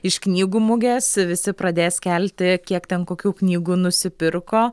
iš knygų mugės visi pradės kelti kiek ten kokių knygų nusipirko